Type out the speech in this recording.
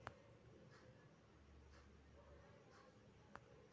मायाजवळचे पैसे मी हर मइन्यात बँकेत येऊन भरू सकतो का?